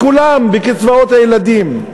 לכולם, בקצבאות הילדים,